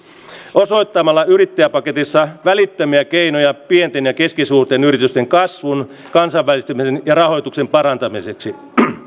osoittamalla yrittäjäpaketissa välittömiä keinoja pienten ja keskisuurten yritysten kasvun kansainvälistymisen ja rahoituksen parantamiseksi